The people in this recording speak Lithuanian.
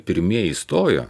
pirmieji stojo